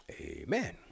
amen